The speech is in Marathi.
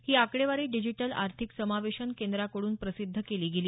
ही आकडेवारी डिजिटल आर्थिक समावेशन केंद्राकडून प्रसिद्ध केली गेली